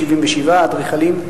77%; אדריכלים,